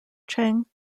cheng